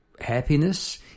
happiness